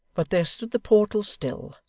but there stood the portal still,